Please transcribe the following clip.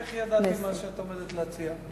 איך ידעתי מה את עומדת להציע?